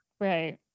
right